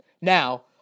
Now